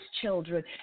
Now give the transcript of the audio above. children